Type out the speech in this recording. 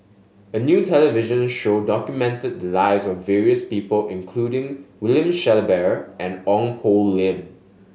a new television show documented the lives of various people including William Shellabear and Ong Poh Lim